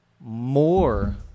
more